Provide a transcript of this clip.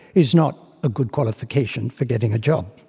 is not a good qualification for getting a job.